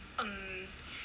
um